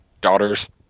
daughters